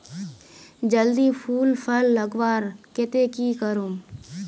जल्दी फूल फल लगवार केते की करूम?